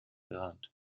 benannt